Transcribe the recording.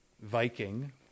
viking